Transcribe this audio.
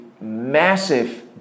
massive